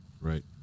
Right